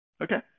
Okay